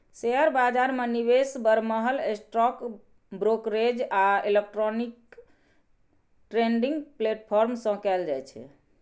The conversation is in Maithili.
शेयर बाजार मे निवेश बरमहल स्टॉक ब्रोकरेज आ इलेक्ट्रॉनिक ट्रेडिंग प्लेटफॉर्म सं कैल जाइ छै